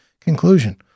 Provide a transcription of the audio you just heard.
conclusion